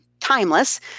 timeless